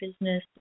business